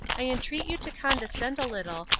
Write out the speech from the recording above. i entreat you to condescend a little,